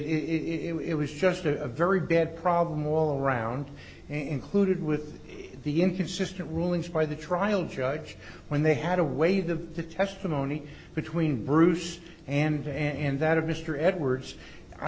it was just a very bad problem all around included with the inconsistent rulings by the trial judge when they had to weigh the testimony between bruce and and that of mr edwards i